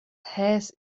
has